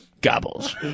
Gobbles